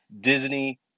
Disney